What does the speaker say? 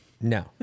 No